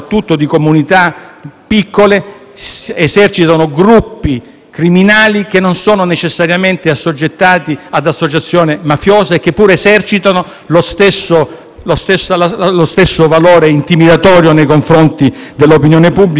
esercitano gruppi criminali che non sono necessariamente assoggettati ad associazione mafiosa e che pure esercitano lo stesso valore intimidatorio nei confronti dell'opinione pubblica e dei cittadini.